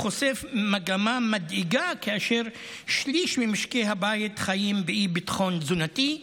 והוא חושף מגמה מדאיגה: שליש ממשקי הבית חיים באי-ביטחון תזונתי,